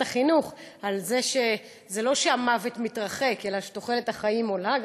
החינוך על כך שזה לא שהמוות מתרחק אלא שתוחלת החיים עולה,